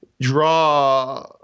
draw